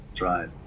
Right